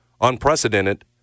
unprecedented